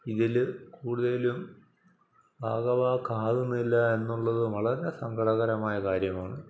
ഇതില് കൂടുതലും ഭാഗഭാക്കാകുന്നില്ല എന്നുള്ളതും വളരെ സങ്കടകരമായ കാര്യമാണ്